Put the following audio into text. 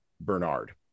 Bernard